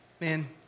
man